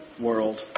world